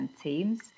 teams